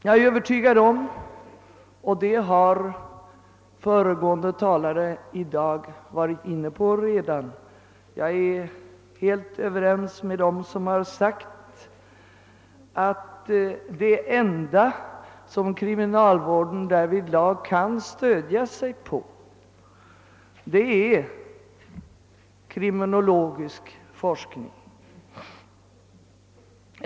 Jag är övertygad om — och det har föregående talare här varit inne på; jag är helt överens med dem som har sagt det — att det enda som kriminalvården därvidlag kan stödja sig på är kriminologisk forskning.